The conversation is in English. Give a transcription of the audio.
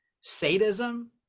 Sadism